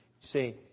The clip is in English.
See